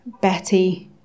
Betty